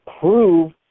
prove